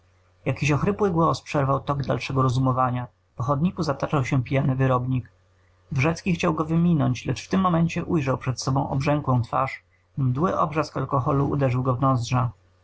jakiś ochrypły głos przerwał tok dalszego rozumowania po chodniku zataczał się pijany wyrobnik wrzecki chciał go wyminąć lecz w tym momencie ujrzał przed sobą obrzękłą twarz i mdły obrzask alkoholu uderzył go w